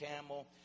camel